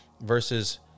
versus